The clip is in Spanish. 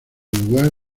lugar